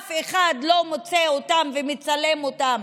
אף אחד לא מוצא אותם ומצלם אותם,